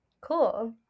Cool